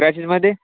ड्रेशीसमध्ये